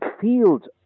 field